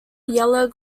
yellow